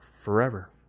forever